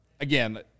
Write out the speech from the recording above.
Again